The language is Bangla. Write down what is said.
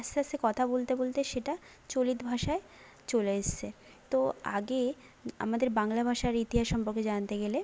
আস্তে আস্তে কথা বলতে বলতে সেটা চলিত ভাষায় চলে এসছে তো আগে আমাদের বাংলা ভাষার ইতিহাস সম্পর্কে জানতে গেলে